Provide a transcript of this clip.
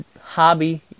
hobby